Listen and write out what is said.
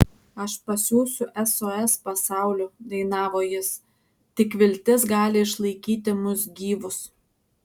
aš pasiųsiu sos pasauliu dainavo jis tik viltis gali išlaikyti mus gyvus